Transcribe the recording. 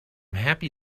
happy